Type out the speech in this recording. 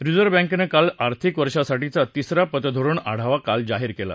reserve बँकनं चालू आर्थिक वर्षासाठीचा तिसरा पतधोरण आढावा काल जाहीर केला